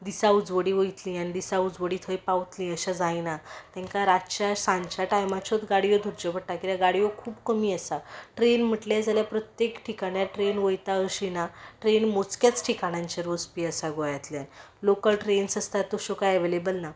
दिसा उजवडी वयतलीं आनी दिसा उजवडीं थंय पावतलीं अशें जायना तेंका रातचें सांजच्या टायमाच्योच गाडयो धरच्यो पडटा कित्याक गाडयो खूब कमी आसा ट्रेन म्हणले जाल्यार प्रत्येक ठिकाण्यार ट्रेन वयता अशें ना ट्रेन मोजक्याच ठिकाणांचेर वचपी आसा गोंयातल्या लोक ट्रेनस आसतात तश्यो कांय अवेलेबल ना